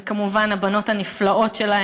וכמובן, הבנות הנפלאות שלך,